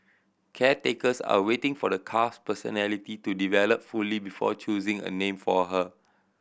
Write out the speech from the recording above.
caretakers are waiting for the calf's personality to develop fully before choosing a name for her